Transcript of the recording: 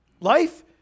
Life